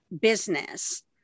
business